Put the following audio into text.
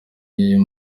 iyo